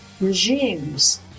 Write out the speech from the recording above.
regimes